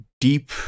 deep